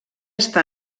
està